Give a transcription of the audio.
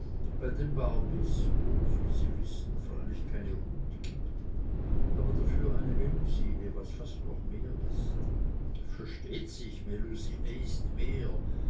bei den barbys wo's wie sie wissen freilich keine ruth gibt aber dafür eine melusine was fast noch mehr ist versteht sich melusine is mehr